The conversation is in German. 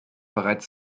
bereits